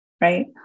Right